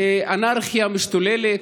אנרכיה משתוללת,